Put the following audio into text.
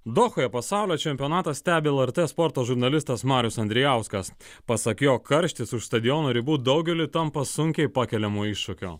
dohoje pasaulio čempionatą stebi lrt sporto žurnalistas marius andrijauskas pasak jo karštis už stadiono ribų daugeliui tampa sunkiai pakeliamu iššūkiu